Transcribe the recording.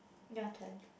your turn